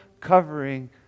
covering